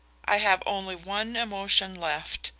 i have only one emotion left.